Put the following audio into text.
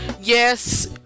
Yes